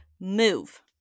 move